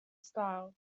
style